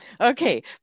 Okay